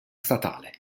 statale